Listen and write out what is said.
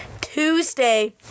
Tuesday